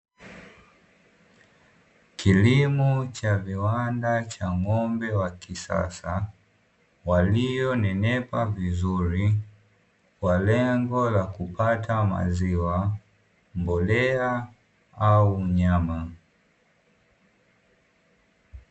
Kilimo cha viwanda cha ng’ombe wa kisasa walio nenepa vizuri, kwa lengo la kupata maziwa, mbolea au mnyama.